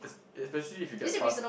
especially if you get fast